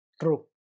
True